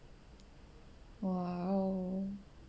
!wow!